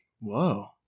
Whoa